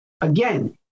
again